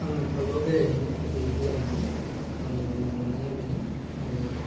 आङो पार्काव लुगैयो मोजां मोनो आंनि मोजां मोननाया बेनो